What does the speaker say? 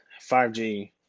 5G